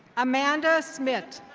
amanda smitt.